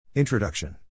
Introduction